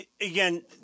again